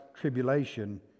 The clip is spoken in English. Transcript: tribulation